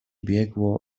biegło